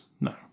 no